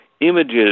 images